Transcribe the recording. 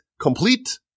complete